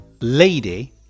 lady